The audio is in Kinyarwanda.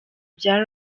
bya